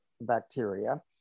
bacteria